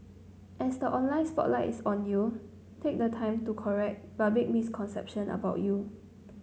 as the online spotlights on you take the time to correct public misconception about you